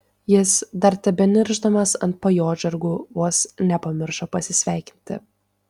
jis dar tebeniršdamas ant pajodžargų vos nepamiršo pasisveikinti